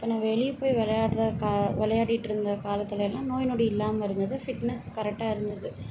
இப்போ நான் வெளியே போய் விளையாடுற க விளையாடிகிட்ருந்த காலத்துலெல்லாம் நோய்நொடி இல்லாமல் இருந்தது ஃபிட்னஸ் கரெக்டாக இருந்தது